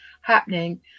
happening